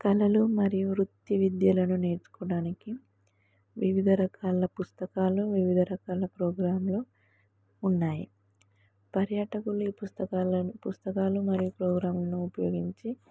కళలు మరియు వృత్తి విద్యలను నేర్చుకోవడానికి వివిధ రకాల పుస్తకాలు వివిధ రకాల ప్రోగ్రాంలు ఉన్నాయి పర్యాటకులు ఈ పుస్తకాలను పుస్తకాలు మరియు ప్రోగ్రాంను ఉపయోగించి